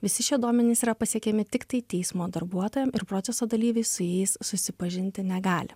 visi šie duomenys yra pasiekiami tiktai teismo darbuotojam ir proceso dalyviai su jais susipažinti negali